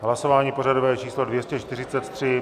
Hlasování pořadové číslo 243.